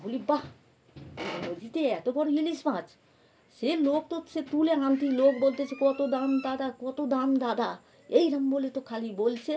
বলি বাহ নদীতে এত বড় ইলিশ মাছ সে লোক তো সে তুলে আনতে লোক বলতেছে কত দাম দাদা কত দাম দাদা এইরকম বলে তো খালি বলছে